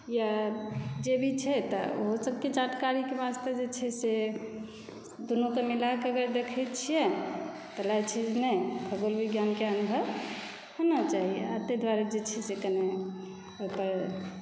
या जे भी छै तऽ ओहो सबके जानकारीके वास्ते जे छै से दुनूकए मिलाकऽ अगर देखै छिए तऽ लागै छै जे नहि खगोल विज्ञानके अनुभव होना चाही आओर ताहि दुआरे जे छै से कने ओहिपर